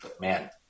man